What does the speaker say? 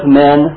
men